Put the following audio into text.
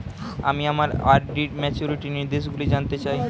আমি আমার আর.ডি র ম্যাচুরিটি নির্দেশগুলি জানতে চাই